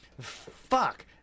fuck